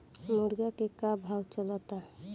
मुर्गा के का भाव चलता?